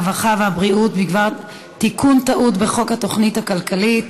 הרווחה והבריאות בדבר תיקון טעות בחוק התוכנית הכלכלית